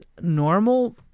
normal